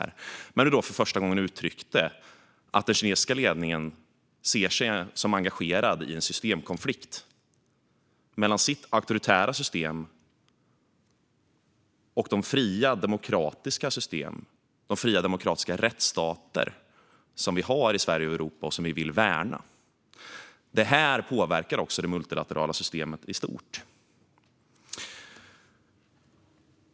Där uttryckte vi för första gången att den kinesiska ledningen ser sig som engagerad i en systemkonflikt mellan sitt auktoritära system och de fria, demokratiska rättsstaterna i Sverige och Europa, som vi vill värna. Detta påverkar också det multilaterala systemet i stort.